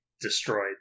destroyed